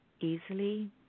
easily